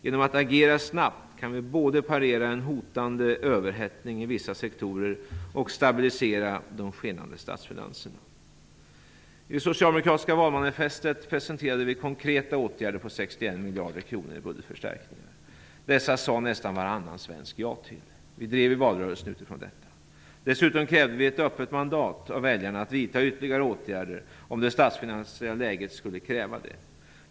Genom att agera snabbt kan vi både parera en hotande överhettning i vissa sektorer och stabilisera de skenande statsfinanserna. I det socialdemokratiska valmanifestet presenterade vi konkreta åtgärder till 61 miljarder kronor i budgetförstärkningar. Dessa sade nästan varannan svensk ja till. Vi drev valrörelsen utifrån detta. Dessutom krävde vi ett öppet mandat av väljarna att vidta ytterligare åtgärder om det statsfinansiella läget skulle kräva det.